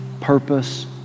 Purpose